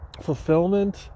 fulfillment